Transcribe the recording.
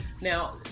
Now